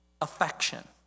affection